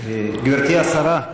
גברתי השרה,